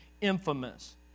infamous